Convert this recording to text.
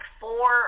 four